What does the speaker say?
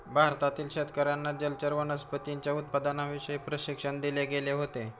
भारतातील शेतकर्यांना जलचर वनस्पतींच्या उत्पादनाविषयी प्रशिक्षण दिले गेले होते